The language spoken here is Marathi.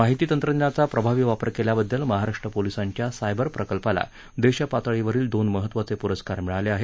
माहिती तंत्रज्ञानाचा प्रभावी वापर केल्याबद्दल महाराष्ट्र पोलीसांच्या सायबर प्रकल्पाला देशपातळीवरील दोन महत्त्वाचे पूरस्कार मिळाले आहे